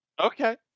Okay